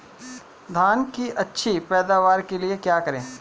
धान की अच्छी पैदावार के लिए क्या करें?